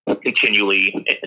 continually